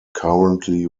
currently